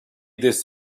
this